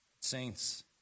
Saints